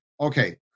okay